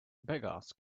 beggars